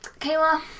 Kayla